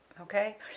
okay